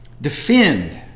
defend